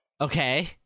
Okay